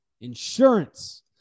insurance